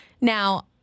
Now